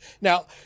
Now